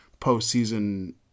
postseason